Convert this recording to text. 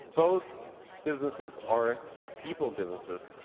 both businesses are people businesses.